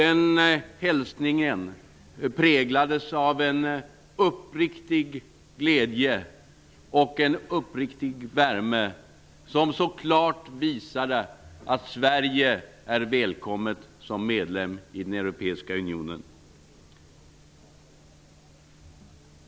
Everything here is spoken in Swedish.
Den hälsningen präglades av en uppriktig glädje och värme, som så klart visade att Sverige är välkommet som medlem i den europeiska unionen.